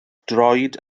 droed